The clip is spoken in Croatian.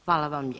Hvala